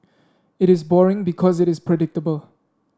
it is boring because it is predictable